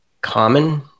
common